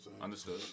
understood